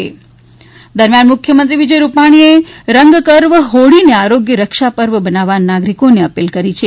મુખ્યમંત્રી અપીલ દરમ્યાન મુખ્યમંત્રી વિજય રૂપાણીએ રંગ પર્વ હોળીને આરોગ્ય રક્ષા પર્વ બનાવવા નાગરિકોને અપીલ કરી છે